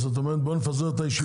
אז את אומרת, בואו נפזר את הישיבה.